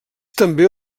també